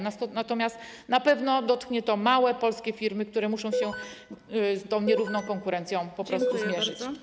Natomiast na pewno dotknie to małe polskie firmy, które muszą się z tą nierówną konkurencją po prostu zmierzyć.